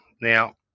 Now